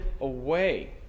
away